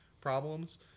problems